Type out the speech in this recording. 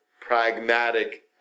pragmatic